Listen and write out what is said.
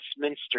Westminster